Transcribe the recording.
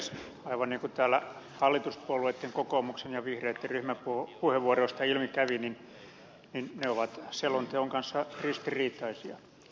aivan niin kuin täällä hallituspuolueitten kokoomuksen ja vihreitten ryhmäpuheenvuoroista ilmi kävi ne ovat selonteon kanssa ristiriitaisia